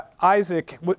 Isaac